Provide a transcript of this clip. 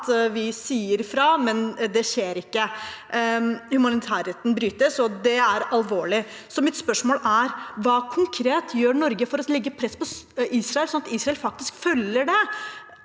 vi sier fra, men det skjer ikke noe. Humanitærretten brytes, og det er alvorlig. Så mitt spørsmål er: Hva konkret gjør Norge for å legge press på Israel, sånn at Israel faktisk følger det?